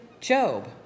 Job